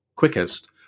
quickest